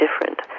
different